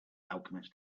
alchemist